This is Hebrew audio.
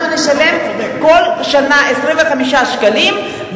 אנחנו נשלם כל שנה 25 שקלים,